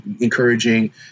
encouraging